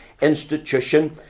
institution